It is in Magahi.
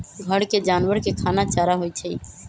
घर के जानवर के खाना चारा होई छई